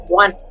one